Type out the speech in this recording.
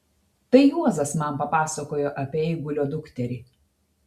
tai juozas man papasakojo apie eigulio dukterį